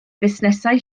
busnesau